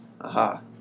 Aha